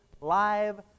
live